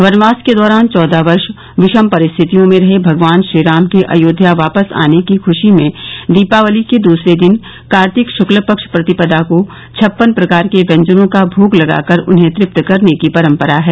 वनवास के दौरान चौदह वर्ष विषम परिस्थितियों में रहे भगवान श्री राम के अयोध्या वापस आने की खुशी में दीपावली के दूसरे दिन कार्तिक शुक्ल पक्ष प्रतिपदा को छप्पन प्रकार के व्यंजनों का भोग लगाकर उन्हें तृप्त करने की परम्परा है